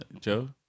Joe